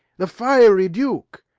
the fiery duke?